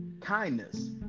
kindness